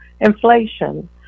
inflation